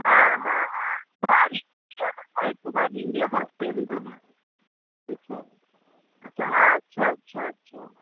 हा हा हा भारी थींदी आहे न पोइ हिकु बार ॾिबी आहे फ़र्स्ट टेम में अच्छा अच्छा हा अच्छा अच्छा अच्छा